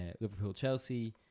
Liverpool-Chelsea